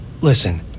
Listen